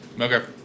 Okay